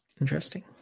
Interesting